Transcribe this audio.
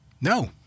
No